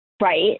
right